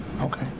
Okay